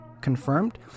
confirmed